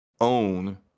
own